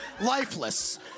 lifeless